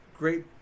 great